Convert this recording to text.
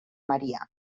maria